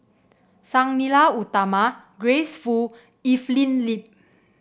Sang Nila Utama Grace Fu Evelyn Lip